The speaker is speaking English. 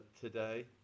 today